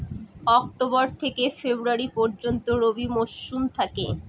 October থেকে February পর্যন্ত রবি মৌসুম থাকে